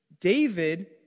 David